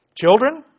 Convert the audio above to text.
Children